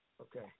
Okay